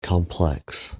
complex